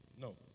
No